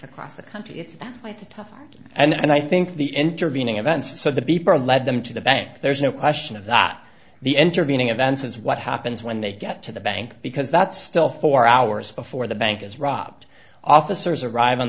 across the country it's that tough and i think the intervening events so the beeper lead them to the bank there's no question of a that the intervening events is what happens when they get to the bank because that's still four hours before the bank is robbed officers arrive on